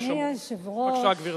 בבקשה, גברתי.